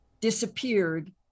disappeared